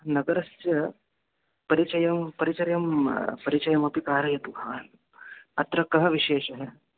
नगरस्य परिचयं परिचयं परिचयमपि कारयतु भवान् अत्र कः विशेषः